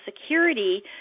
security